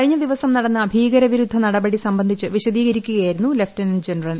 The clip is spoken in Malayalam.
കഴിഞ്ഞ് ദിവസം നടന്ന ഭീകര വിരുദ്ധ നടപടി സംബന്ധിച്ച് വിശദീകരിക്കുകയായിരുന്നു ലഫ്റ്റനന്റ് ജനറൽ